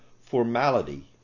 formality